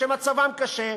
שמצבם קשה,